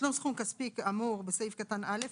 (ג)תשלום סכום כספי כאמור בסעיף קטן (א),